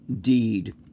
deed